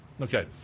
Okay